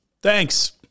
Thanks